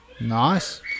Nice